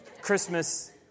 Christmas